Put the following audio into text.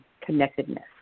connectedness